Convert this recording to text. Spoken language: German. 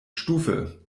stufe